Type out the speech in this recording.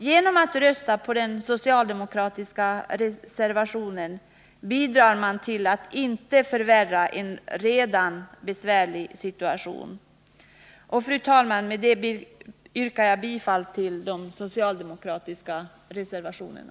Genom att rösta på den socialdemokratiska reservationen bidrar man till att inte förvärra en redan besvärlig situation. Fru talman! Med det yrkar jag bifall till de socialdemokratiska reservationerna.